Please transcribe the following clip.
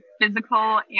physical